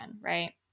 Right